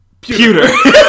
Pewter